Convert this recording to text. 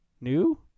new